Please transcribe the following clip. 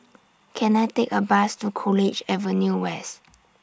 Can I Take A Bus to College Avenue West